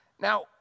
Now